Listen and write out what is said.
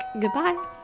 Goodbye